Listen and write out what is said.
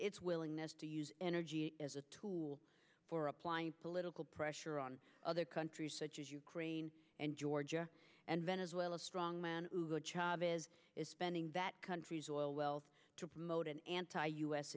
its willingness to use energy as a tool for applying political pressure on other countries such as ukraine and georgia and venezuela strongman chabi is spending that country's oil wealth to promote an anti u